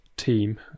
team